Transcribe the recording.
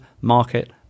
market